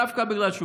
דווקא בגלל שהוא